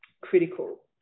critical